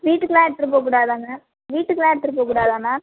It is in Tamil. வீட்டுக்குலாம் எடுத்துகிட்டு போக்கூடாதா மேம் வீட்டுக்குலாம் எடுத்துகிட்டு போக்கூடாதா மேம்